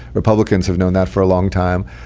republicans have known that for a long time.